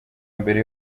mbere